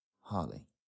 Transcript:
Harley